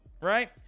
right